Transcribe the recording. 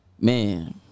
Man